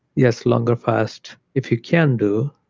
yes, longer fasts, if you can do,